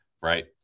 right